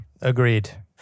Agreed